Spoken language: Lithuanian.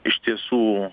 iš tiesų